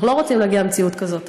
אנחנו לא רוצים להגיע למציאות כזאת,